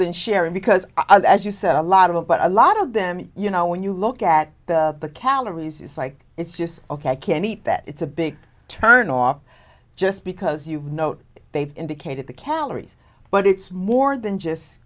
then share it because i as you said a lot of it but a lot of them you know when you look at the the calories is like it's just ok i can eat that it's a big turnoff just because you know they've indicated the calories but it's more than just